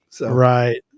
Right